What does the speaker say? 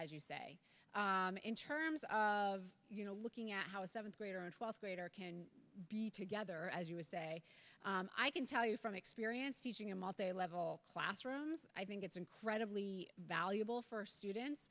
as you say in terms of you know looking at how a seventh grader a twelfth grader can be together as you would say i can tell you from experience teaching him all day level classrooms i think it's incredibly valuable for students